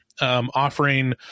offering